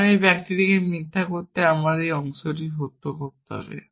কারণ এই বাক্যটিকে মিথ্যা করতে আমাদের এই অংশটিকে সত্য করতে হবে